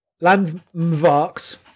Landmarks